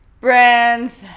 brands